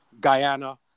Guyana